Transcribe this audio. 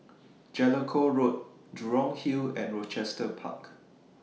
Jellicoe Road Jurong Hill and Rochester Park